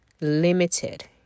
limited